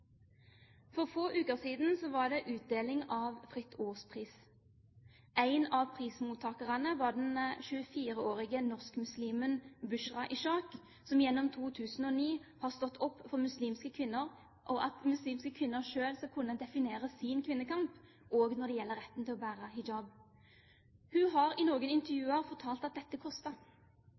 For få uker siden var det utdeling av Fritt Ords Pris. En av prismottakerne var den 24-årige norske muslimen Bushra Ishaq, som gjennom 2009 har stått opp for muslimske kvinner, og for at muslimske kvinner selv skal kunne definere sin kvinnekamp – også når det gjelder retten til å bære hijab. Hun har i noen intervjuer fortalt at dette